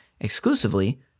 exclusively